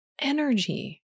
energy